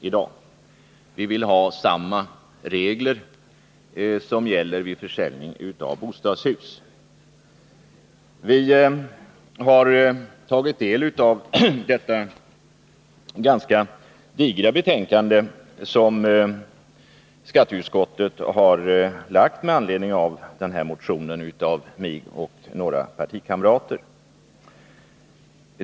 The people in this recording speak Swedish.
Därför vill vi att samma regler som gäller vid försäljning av bostadshus skall införas. Vi har tagit del av det ganska digra betänkandet som skatteutskottet har lagt fram med anledning av min och några partikamraters motion.